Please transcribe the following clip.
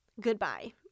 Goodbye